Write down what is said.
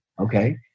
okay